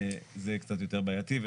זה יהיה קצת יותר בעייתי.